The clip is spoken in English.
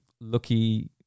lucky